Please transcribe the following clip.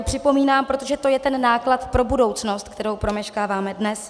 Připomínám to, protože to je ten náklad pro budoucnost, kterou promeškáváme dnes.